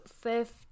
fifth